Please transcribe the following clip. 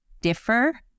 differ